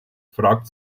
fragte